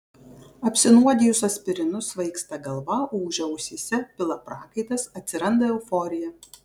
apsinuodijus aspirinu svaigsta galva ūžia ausyse pila prakaitas atsiranda euforija